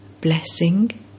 Blessing